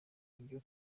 ibyo